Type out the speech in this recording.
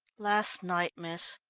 last night, miss.